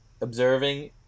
observing